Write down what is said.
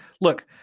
Look